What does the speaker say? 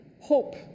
hope